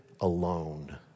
alone